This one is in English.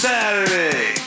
Saturday